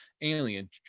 alien